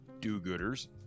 do-gooders